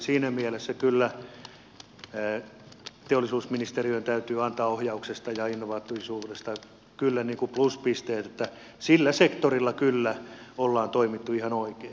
siinä mielessä teollisuusministeriölle täytyy antaa ohjauksesta ja innovatiivisuudesta pluspisteet että sillä sektorilla kyllä ollaan toimittu ihan oikein